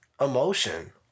emotion